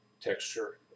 texture